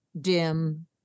dim